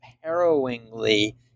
harrowingly